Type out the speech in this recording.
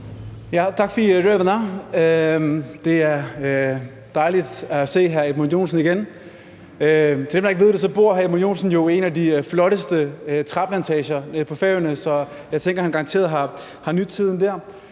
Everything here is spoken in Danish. Tak for talen]. Det er dejligt at se hr. Edmund Joensen igen. Selv om man ikke ved det, bor hr. Edmund Joensen jo ved en af de flotteste træplantager på Færøerne, så jeg tænker, at han garanteret har nydt tiden der.